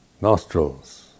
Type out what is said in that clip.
nostrils